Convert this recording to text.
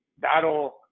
that'll